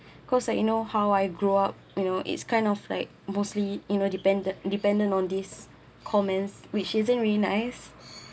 cause like you know how I grew up you know it's kind of like mostly in a dependent dependent on these comments which isn't really nice